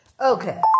Okay